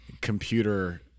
computer